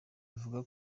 buvuga